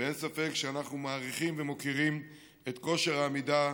אין ספק שאנחנו מעריכים ומוקירים את כושר העמידה,